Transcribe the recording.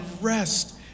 rest